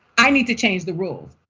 i need to change the rules,